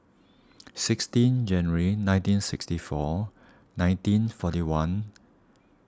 sixteen January nineteen sixty nine nineteen forty one